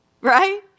Right